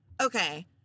Okay